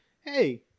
hey